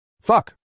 Fuck